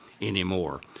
anymore